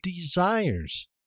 desires